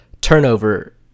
turnover